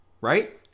right